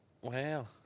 Wow